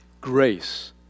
grace